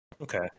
Okay